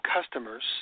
customers